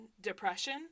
depression